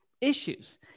issues